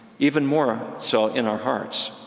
even more so in our hearts,